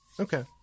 Okay